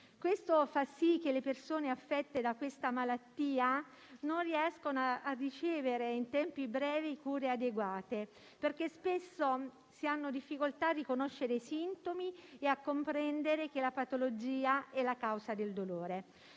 questo fa sì che le persone affette da questa malattia non riescano a ricevere cure adeguate in tempi brevi, perché spesso si hanno difficoltà a riconoscere i sintomi e a comprendere che la patologia è la causa del dolore.